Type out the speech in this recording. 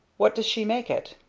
what does she make it?